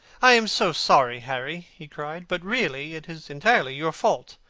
i am so sorry, harry, he cried, but really it is entirely your fault.